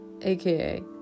aka